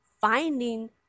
finding